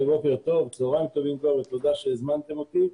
צוהריים טובים, תודה שהזמנתם אותי.